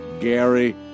Gary